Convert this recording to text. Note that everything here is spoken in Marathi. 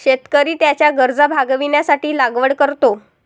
शेतकरी त्याच्या गरजा भागविण्यासाठी लागवड करतो